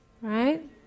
right